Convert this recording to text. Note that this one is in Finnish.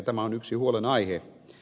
tämä on yksi huolenaihe